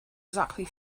exactly